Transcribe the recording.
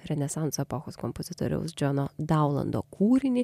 renesanso epochos kompozitoriaus džono daulando kūrinį